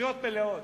זכויות מלאות,